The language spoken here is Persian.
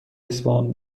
اصفهان